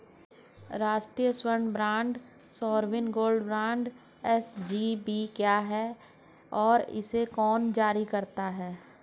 राष्ट्रिक स्वर्ण bond sovereign gold bond SGB क्या है और इसे कौन जारी करता है?